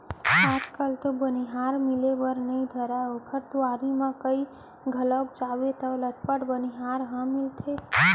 आज कल तो बनिहार मिले बर नइ धरय ओकर दुवारी म कइ घौं जाबे तौ लटपट बनिहार ह मिलथे